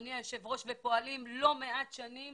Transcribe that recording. אדוני היושב-ראש, ופועלים לא מעט שנים